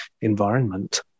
environment